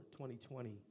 2020